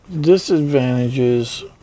Disadvantages